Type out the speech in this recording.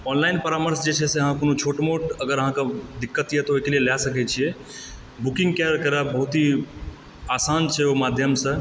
online परामर्श जे छै से अहाँ कोनो छोट मोट अगर अहाँकऽ दिक्कत यऽ तऽ ओहिके लिअ अहाँ लय सकैत छियै बुकिंग कै करब बहुत ही आसान छै ओहि माध्यमसँ